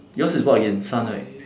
yours is what again sun right